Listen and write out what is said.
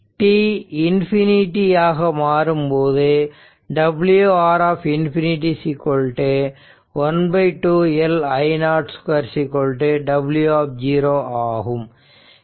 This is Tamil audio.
t இன்ஃபினிட்டி ஆக மாறும் போது w R ∞ ½ L I0 2 w ஆகும்